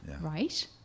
right